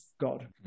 god